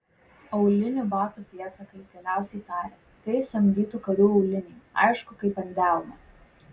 aulinių batų pėdsakai galiausiai tarė tai samdytų karių auliniai aišku kaip ant delno